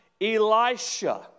Elisha